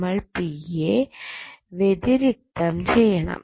നമ്മൾ p യെ വ്യതിരിക്തം ചെയ്യണം